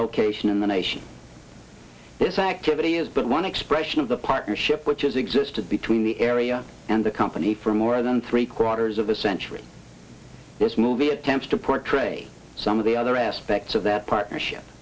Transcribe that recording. location in the nation this activity is but one expression of the partnership which has existed between the area and the company for more than three quarters of a century this movie attempts to portray some of the other aspects of that partnership